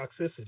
toxicity